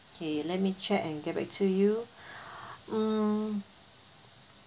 okay let me check and get back to you mm